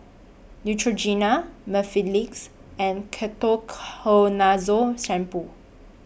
Neutrogena Mepilex and Ketoconazole Shampoo